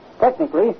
Technically